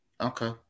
Okay